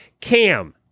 Cam